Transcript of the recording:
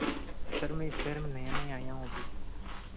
sir में इस शहर में नया नया आया हूँ अभी